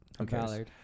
okay